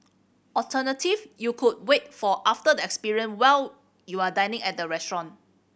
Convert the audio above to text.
alternative you could wait for after the experience while you are dining at a restaurant